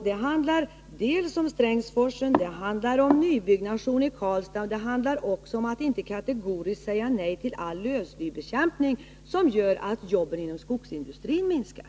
Det handlar om Strängsforsen, om nybyggnation i Karlstad och om att inte kategoriskt säga nej till all lövslybekämpning, vilket gör att jobben inom skogsindustrin minskar.